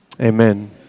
amen